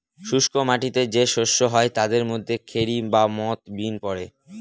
শুস্ক মাটিতে যে শস্য হয় তাদের মধ্যে খেরি বা মথ, বিন পড়ে